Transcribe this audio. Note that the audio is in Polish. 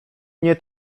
mnie